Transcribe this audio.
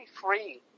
free